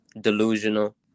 delusional